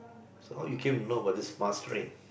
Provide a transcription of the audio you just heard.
so how you came to know about this must train